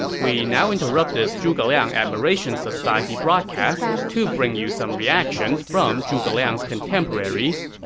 we now interrupt this zhuge liang admiration society broadcast to bring you some reactions from zhuge liang's contemporaries.